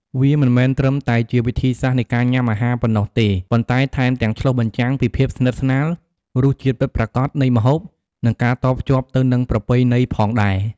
វាមិនមែនត្រឹមតែជាវិធីសាស្រ្តនៃការញ៉ាំអាហារប៉ុណ្ណោះទេ ប៉ុន្តែថែមទាំងឆ្លុះបញ្ចាំងពីភាពស្និទ្ធស្នាល រសជាតិពិតប្រាកដនៃម្ហូប និងការតភ្ជាប់ទៅនឹងប្រពៃណីផងដែរ។